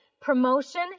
promotion